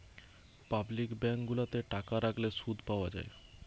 public bank গুলাতে টাকা রাখলে শুধ পাওয়া যায়